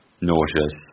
nauseous